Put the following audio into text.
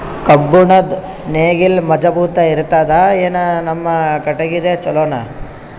ಕಬ್ಬುಣದ್ ನೇಗಿಲ್ ಮಜಬೂತ ಇರತದಾ, ಏನ ನಮ್ಮ ಕಟಗಿದೇ ಚಲೋನಾ?